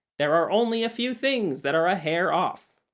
there are only a few things that are a hair off.